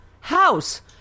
house